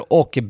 och